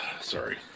Sorry